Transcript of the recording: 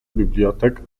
bibliotek